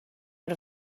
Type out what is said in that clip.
out